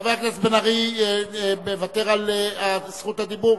חבר הכנסת בן-ארי מוותר על זכות הדיבור.